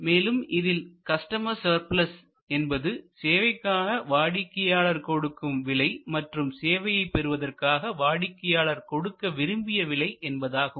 மேலும் இதில் customer surplus என்பது சேவைக்காக வாடிக்கையாளர் கொடுக்கும் விலை மற்றும் சேவையை பெறுவதற்காக வாடிக்கையாளர் கொடுக்க விரும்பிய விலை என்பதாகும்